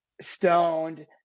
stoned